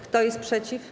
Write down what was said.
Kto jest przeciw?